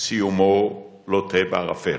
סיומו לוט בערפל.